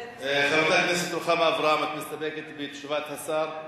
חברת הכנסת רוחמה אברהם, את מסתפקת בתשובת השר?